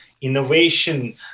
innovation